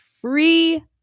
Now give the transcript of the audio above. free